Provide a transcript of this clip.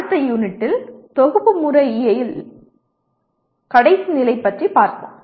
அடுத்த யூனிட்டில் தொகுப்பு முறையியல் கடைசி நிலை பற்றி பார்ப்போம்